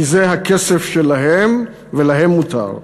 כי זה הכסף שלהם ולהם מותר.